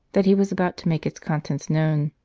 that he was about to make its contents known.